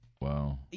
Wow